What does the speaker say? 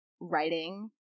writing